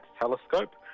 telescope